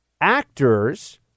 actors